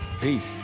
Peace